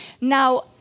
now